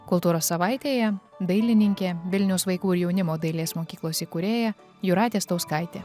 kultūros savaitėje dailininkė vilniaus vaikų ir jaunimo dailės mokyklos įkūrėja jūratė stauskaitė